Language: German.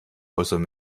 äußern